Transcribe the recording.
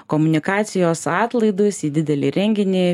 komunikacijos atlaidus į didelį renginį